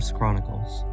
Chronicles